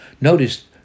Notice